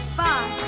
five